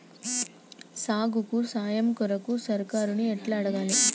సాగుకు సాయం కొరకు సర్కారుని ఎట్ల అడగాలే?